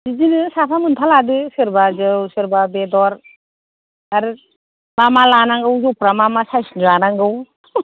बिदिनो साफा मोनफा लादो सोरबा जौ सोरबा बेदर आरो मा मा लानांगौ जौफ्रा मा मा साइसनि लानांगौ